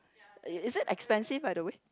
is that expensive by the way